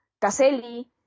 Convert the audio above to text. caselli